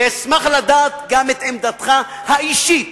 ואשמח לדעת גם את עמדתך האישית,